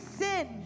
sin